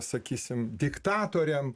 sakysim diktatoriam